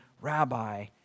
Rabbi